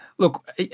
Look